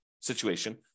situation